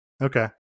Okay